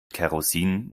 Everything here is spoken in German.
kerosin